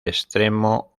extremo